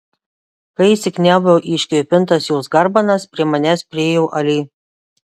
kai įsikniaubiau į iškvėpintas jos garbanas prie manęs priėjo ali